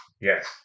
Yes